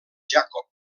jacob